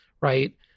right